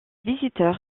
visiteurs